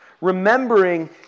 remembering